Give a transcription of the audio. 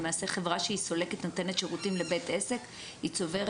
למעשה חברה שהיא סולקת נותנת שירותים לבית עסק והיא צוברת